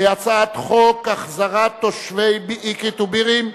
הצעת חוק החזרת תושבי אקרית ובירעם,